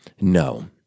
No